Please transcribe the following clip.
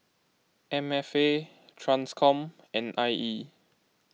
M F A Transcom and I E